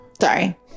sorry